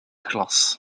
glas